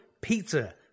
pizza